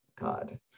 God